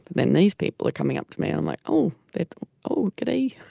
mean these people are coming up to me i'm like oh oh goody